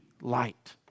light